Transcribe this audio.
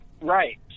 right